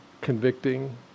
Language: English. convicting